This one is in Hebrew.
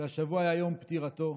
שהשבוע היה יום פטירתו.